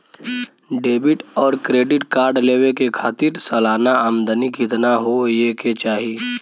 Debit और credit card लेवे के खातिर सलाना आमदनी कितना हो ये के चाही?